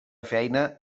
feina